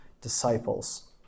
disciples